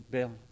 Bill